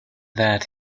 that